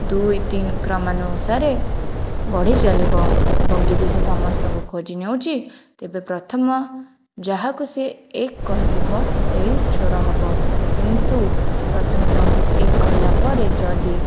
ଦୁଇ ତିନି କ୍ରମାନୁସାରେ ବଢ଼ି ଚାଲିବ ଏବଂ ଯଦି ସେ ସମସ୍ତଙ୍କୁ ଖୋଜି ନେଉଛି ତେବେ ପ୍ରଥମ ଯାହାକୁ ସେ ଏକ କହିଥିବ ସେ ହିଁ ଚୋର ହେବ କିନ୍ତୁ ପ୍ରଥମେ ଜଣକୁ ଏକ କହିଲା ପରେ ଯଦି